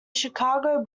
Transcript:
chicago